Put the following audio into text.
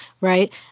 right